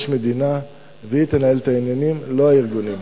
יש מדינה, והיא תנהל את העניינים ולא הארגונים.